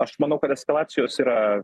aš manau kad eskalacijos yra